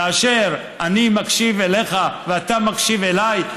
כאשר אני מקשיב אליך ואתה מקשיב אליי,